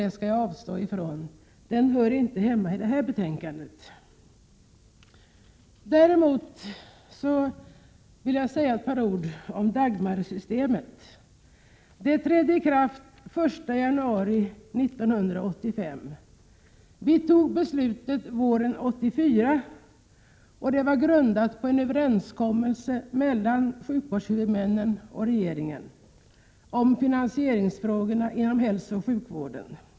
Det skall jag dock avstå från, för det hör inte hemma i debatten om detta betänkande. Däremot vill jag säga ett par ord om Dagmarsystemet. Det trädde i kraft den 1 januari 1985. Det beslut som fattades våren 1984 var grundat på en överenskommelse mellan sjukvårdshuvudmännen och regeringen om finansieringsfrågor inom hälsooch sjukvården.